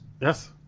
Yes